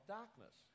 darkness